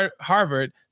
Harvard